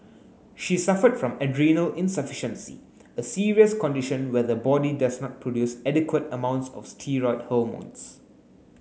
she suffered from adrenal insufficiency a serious condition where the body does not produce adequate amounts of steroid hormones